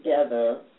together